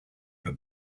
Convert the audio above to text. for